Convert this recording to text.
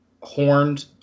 horned